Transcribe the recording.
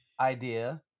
idea